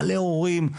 מלא הורים,